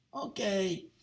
Okay